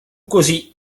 così